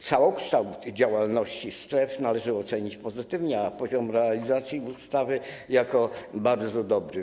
Całokształt działalności stref należy ocenić pozytywnie, a poziom realizacji ustawy - jako bardzo dobry.